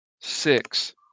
Six